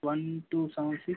one two seven six